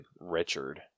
Richard